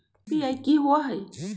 UPI कि होअ हई?